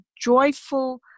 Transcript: joyful